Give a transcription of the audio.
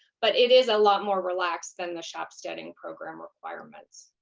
but it is a lot more relaxed than the shop steading program requirements.